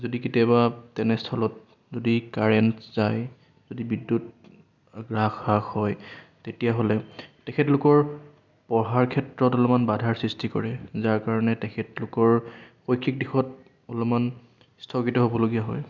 যদি কেতিয়াবা তেনেস্থলত যদি কাৰেণ্ট যায় যদি বিদ্যুৎ গ্ৰাস হ্ৰাস হয় তেতিয়াহ'লে তেখেতলোকৰ পঢ়াৰ ক্ষেত্ৰত অলপমান বাধাৰ সৃষ্টি কৰে যাৰ কাৰণে তেখেতলোকৰ শৈক্ষিক দিশত অলপমান স্থগিত হ'বলগীয়া হয়